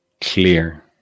clear